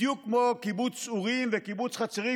בדיוק כמו קיבוץ אורים וקיבוץ חצרים,